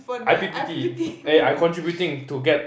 i_p_p_t eh I contributing to get